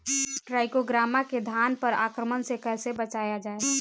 टाइक्रोग्रामा के धान पर आक्रमण से कैसे बचाया जाए?